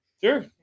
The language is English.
Sure